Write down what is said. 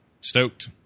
stoked